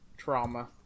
Trauma